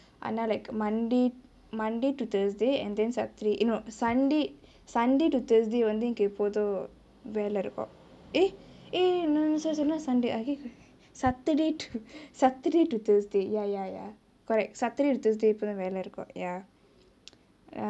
ஆனா:aana like monday monday to thursday and then saturday eh no sunday sunday to thursday வந்து எனக்கு எப்போது வேலே இருக்கு:vanthu enaku epoothu velae irukku eh no no sorry sorry not sunday saturday to saturday to thursday ya ya ya correct saturday to thursday அப்பதா வேலே இருக்கு:appathaa velae iruku ya